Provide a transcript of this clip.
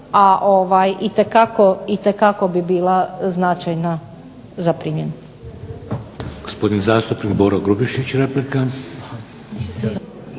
a itekako bi bila značajna za primjenu.